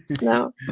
no